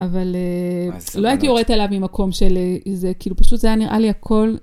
אבל לא הייתי יורדת אליו ממקום של איזה, כאילו, פשוט זה היה נראה לי הכל.